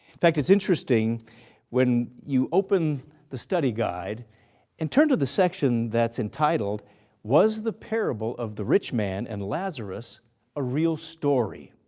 in fact it's interesting when you open the study guide and turn to the section that's entitled was the parable of the rich man and lazarus a real story?